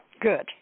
Good